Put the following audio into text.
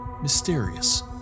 mysterious